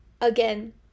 again